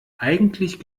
eigentlich